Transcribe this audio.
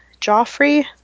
Joffrey